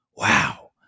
Wow